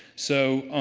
so,